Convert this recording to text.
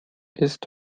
ist